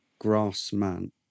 Grassman